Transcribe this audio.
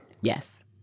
Yes